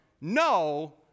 no